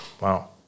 Wow